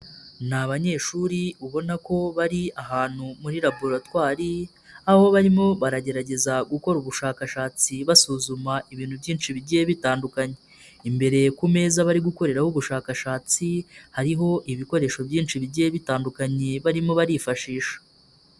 Ni abanyeshuri ubona ko bari ahantu muri raboratwari, aho barimo baragerageza gukora ubushakashatsi basuzuma ibintu byinshi bigiye bitandukanye, imbere ku meza bari gukoreho ubushakashatsi, hariho ibikoresho byinshi bigiye bitandukanye barimo barifashisha.